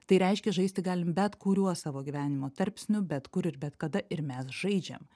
tai reiškia žaisti galim bet kuriuo savo gyvenimo tarpsniu bet kur ir bet kada ir mes žaidžiam